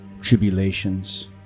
tribulations